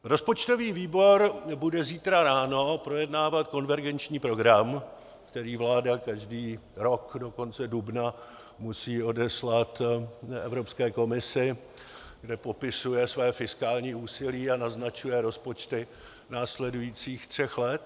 Rozpočtový výbor bude zítra ráno projednávat konvergenční program, který vláda každý rok do konce dubna musí odeslat Evropské komisi, kde popisuje své fiskální úsilí a naznačuje rozpočty následujících tří let.